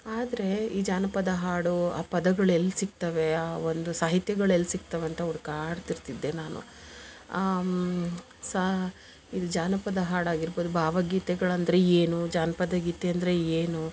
ಆದರೆ ಈ ಜಾನಪದ ಹಾಡು ಆ ಪದಗಳೆಲ್ಲಿ ಸಿಗ್ತವೆ ಆ ಒಂದು ಸಾಹಿತ್ಯಗಳೆಲ್ಲಿ ಸಿಗ್ತವೆ ಅಂತ ಹುಡ್ಕಾಡ್ತಿರ್ತಿದ್ದೆ ನಾನು ಸಾ ಇದು ಜಾನಪದ ಹಾಡಾಗಿರ್ಬೋದು ಭಾವಗೀತೆಗಳಂದರೆ ಏನು ಜಾನಪದ ಗೀತೆ ಅಂದರೆ ಏನು